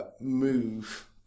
move